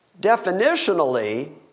Definitionally